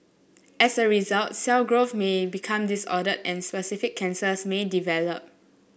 as a result cell growth may become disordered and specific cancers may develop